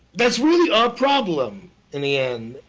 that's really our problem in the end,